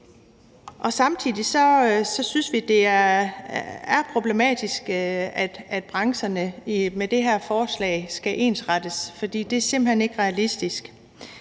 Samtidig synes vi, at det er problematisk, at brancherne med det her forslag skal ensrettes, for det er simpelt hen ikke realistisk.